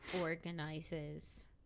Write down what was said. organizes